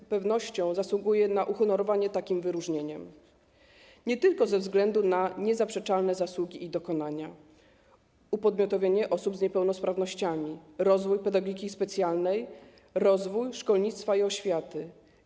Z pewnością zasługuje na uhonorowanie takim wyróżnieniem, nie tylko ze względu na niezaprzeczalne zasługi i dokonania: upodmiotowienie osób z niepełnosprawnościami, rozwój pedagogiki specjalnej, rozwój szkolnictwa i oświaty.